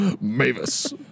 Mavis